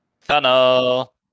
tunnel